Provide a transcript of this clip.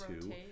two